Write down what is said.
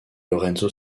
lorenzo